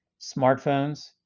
smartphones